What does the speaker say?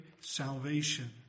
salvation